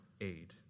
aid